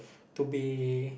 to be